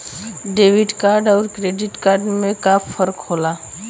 Debit card अउर credit card में का फर्क होला?